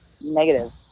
negative